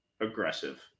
aggressive